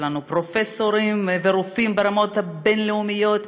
יש לנו פרופסורים ורופאים ברמות בין-לאומיות,